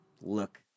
look